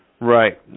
Right